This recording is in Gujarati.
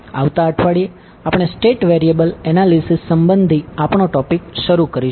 આવતા અઠવાડિયે આપણે સ્ટેટ વેરીએબલ એનાલીસીસ સંબંધી આપણો ટોપિક શરૂ કરીશું